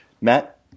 Matt